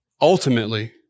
ultimately